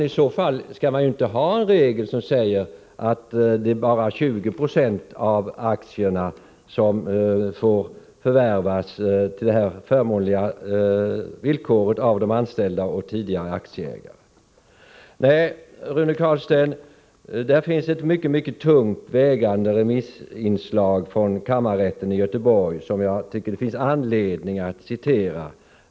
I så fall skall man inte ha en regel som säger att bara 20 96 av aktierna får förvärvas på dessa förmånliga villkor av de anställda och tidigare aktieägare. Nej, Rune Carlstein, det finns ett mycket tungt vägande remissinslag från kammarrätten i Göteborg som jag tycker att det finns anledning att citera.